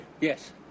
Yes